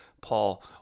Paul